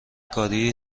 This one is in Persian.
کاری